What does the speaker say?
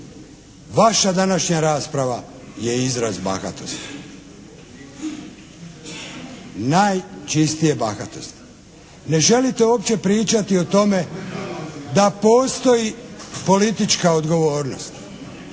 vaša današnja rasprava je izraz bahatosti. Najčistije bahatosti. Ne želite uopće pričati o tome da postoji politička odgovornost,